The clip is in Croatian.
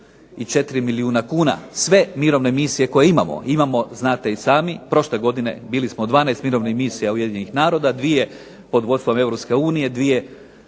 334 milijuna kuna, sve mirovne misije koje imamo. Imamo, znate i sami, prošle godine bili smo u 12 mirovnih misija UN-a, 2 pod vodstvom EU, 2